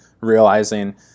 realizing